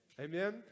Amen